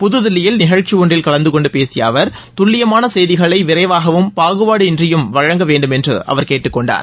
புதுதில்லியில் நிகழ்ச்சி ஒன்றில் கலந்து கொண்டு பேசிய அவர் துல்லியமான செய்திகளை விரைவாகவும் பாகுபாடு இன்றியும் வழங்க வேண்டும் என்று அவர் கேட்டுக்கொண்டார்